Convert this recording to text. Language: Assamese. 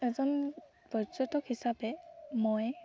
এজন পৰ্যটক হিচাপে মই